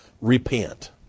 repent